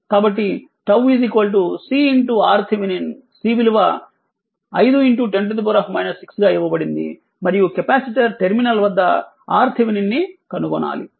C విలువ 510 6 గా ఇవ్వబడింది మరియు కెపాసిటర్ టెర్మినల్ వద్ద RThevenin ని కనుగొనాలి